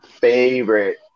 favorite